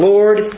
Lord